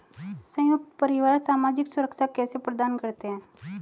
संयुक्त परिवार सामाजिक सुरक्षा कैसे प्रदान करते हैं?